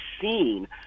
seen